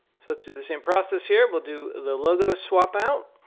so let's do the same process here. we'll do the logo swap out,